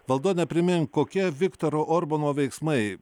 valdone primink kokie viktoro orbano veiksmai